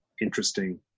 interesting